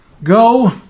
Go